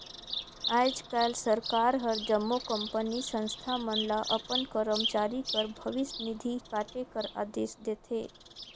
आएज काएल सरकार हर जम्मो कंपनी, संस्था मन ल अपन करमचारी कर भविस निधि काटे कर अदेस देथे